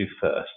first